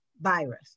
virus